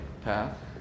path